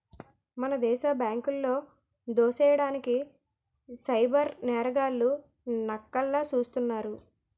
మన దేశ బ్యాంకులో దోసెయ్యడానికి సైబర్ నేరగాళ్లు నక్కల్లా సూస్తున్నారు